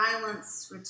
violence